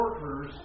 workers